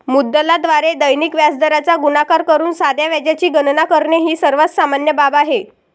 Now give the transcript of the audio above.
मुद्दलाद्वारे दैनिक व्याजदराचा गुणाकार करून साध्या व्याजाची गणना करणे ही सर्वात सामान्य बाब आहे